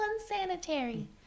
unsanitary